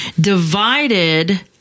divided